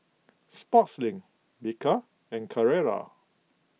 Sportslink Bika and Carrera